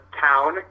town